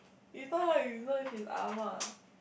if not how he know she's ah ma